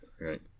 right